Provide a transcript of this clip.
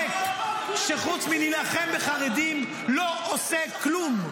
ריק, שחוץ מלהילחם בחרדים לא עושה כלום.